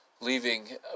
Leaving